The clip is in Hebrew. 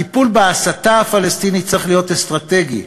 הטיפול בהסתה הפלסטינית צריך להיות אסטרטגי,